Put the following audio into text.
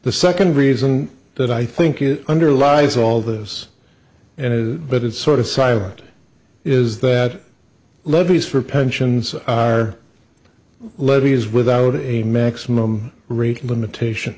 the second reason that i think it underlies all this and it but it's sort of silent is that levies for pensions are levies without a maximum rate limitation